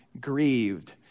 grieved